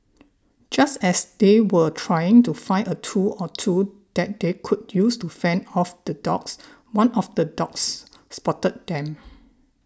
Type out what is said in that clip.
just as they were trying to find a tool or two that they could use to fend off the dogs one of the dogs spotted them